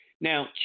Now